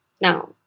now